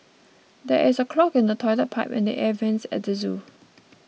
there is a clog in the Toilet Pipe and the Air Vents at the zoo